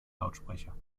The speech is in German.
lautsprecher